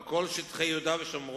על כל שטחי יהודה ושומרון,